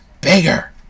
bigger